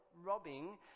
robbing